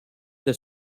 the